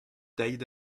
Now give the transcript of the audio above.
deuit